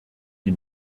die